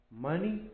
Money